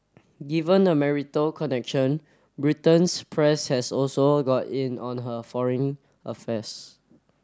given the marital connection Britain's press has also got in on her foreign affairs